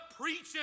preaching